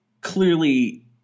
clearly